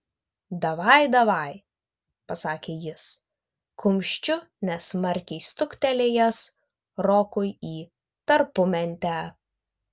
davai davaj pasakė jis kumščiu nesmarkiai stuktelėjęs rokui į tarpumentę